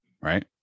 Right